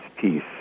peace